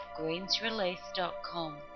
greensrelease.com